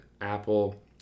apple